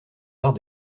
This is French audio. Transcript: arts